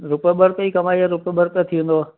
रुपिए ॿ रुपिए ई कमाई आहे त ॿ रुपिया थी वेंदो